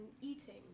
eating